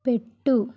పెట్టు